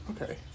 Okay